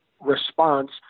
response